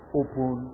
open